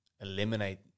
eliminate